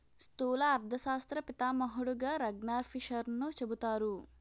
స్థూల అర్థశాస్త్ర పితామహుడుగా రగ్నార్ఫిషర్ను చెబుతారు